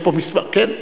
כן,